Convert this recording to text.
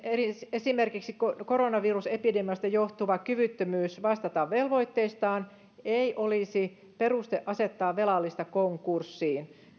esimerkiksi koronavirusepidemiasta johtuva kyvyttömyys vastata velvoitteistaan ei olisi peruste asettaa velallista konkurssiin